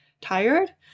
tired